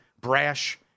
brash